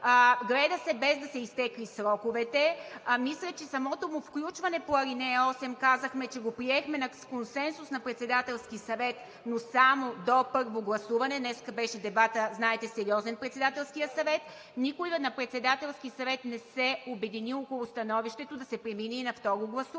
гледа се, без да са изтекли сроковете. Мисля, че самото му включване по ал. 8, казахме, че го приехме на консенсус на Председателски съвет, но само до първо гласуване. Днес беше дебатът – знаете, сериозен е Председателският съвет, никой на Председателския съвет не се обедини около становището да се премине и на второ гласуване.